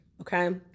Okay